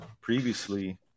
previously